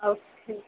okay